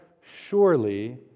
surely